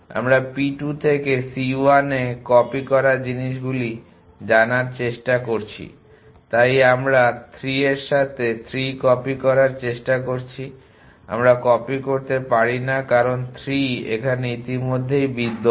আমরা p2 থেকে c1 এ কপি করা জিনিসগুলি জানার চেষ্টা করছি তাই আমরা 3 এর সাথে 3 কপি করার চেষ্টা করছি আমরা কপি করতে পারি না কারণ 3 এখানে ইতিমধ্যেই বিদ্যমান